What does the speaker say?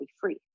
free